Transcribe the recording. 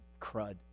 crud